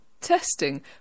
testing